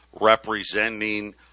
representing